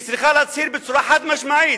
היא צריכה להכריז בצורה חד-משמעית: